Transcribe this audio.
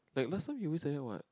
like last time he always like that what